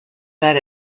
that